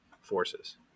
forces